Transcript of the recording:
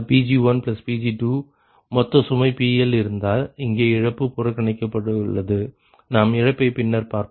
ஆனால் Pg1Pg2 மொத்த சுமை PL இருந்தால் இங்கே இழப்பு புறக்கணிக்கப்பட்டுள்ளது நாம் இழப்பை பின்னர் பார்ப்போம்